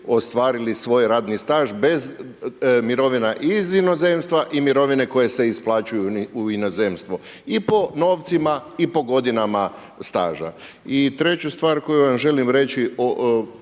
ostvarili svoj radni staž bez mirovina iz inozemstva i mirovine koje se isplaćuju u inozemstvo i po novcima i po godinama staža. I treću stvar koju vam želim reći,